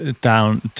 down